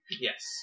Yes